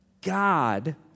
God